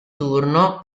turno